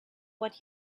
what